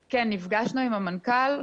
כן, נפגשנו עם המנכ"ל.